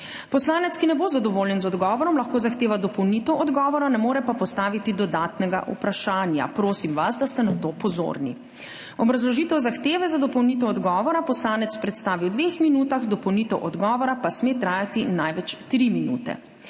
Poslanec, ki ne bo zadovoljen z odgovorom, lahko zahteva dopolnitev odgovora, ne more pa postaviti dodatnega vprašanja. Prosim vas, da ste na to pozorni. Obrazložitev zahteve za dopolnitev odgovora poslanec predstavi v 2 minutah, dopolnitev odgovora pa sme trajati največ 3 minute.